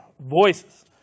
voices